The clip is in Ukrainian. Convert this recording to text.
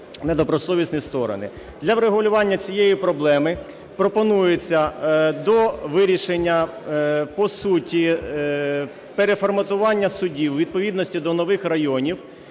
недобросовісні сторони. Для врегулювання цієї проблеми пропонується до вирішення по суті переформатування судів у відповідності до нових районів,